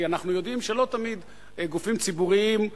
כי אנחנו יודעים שלא תמיד גופים ציבוריים,